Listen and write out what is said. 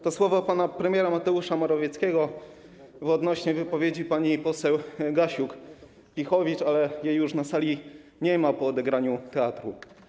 To słowa pana premiera Mateusza Morawieckiego odnośnie do wypowiedzi pani poseł Gasiuk-Pihowicz, ale jej już na sali nie ma po odegraniu teatru.